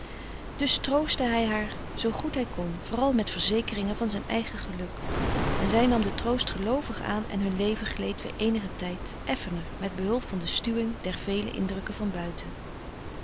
dus troostte hij haar zoo goed hij kon vooral met verzekeringen van zijn eigen geluk en zij nam den troost geloovig aan en hun leven gleed weer eenigen tijd effener met hulp van de stuwing der vele indrukken van buiten